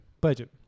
budget